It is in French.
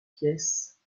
pièces